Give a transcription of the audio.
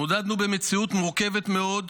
התמודדנו במציאות מורכבת מאוד,